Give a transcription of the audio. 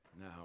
Now